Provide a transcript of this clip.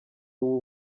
ubu